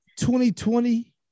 2020